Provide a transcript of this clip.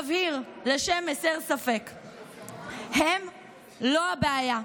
נבהיר, לשם הסר ספק, הם לא הבעיה.